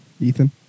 Ethan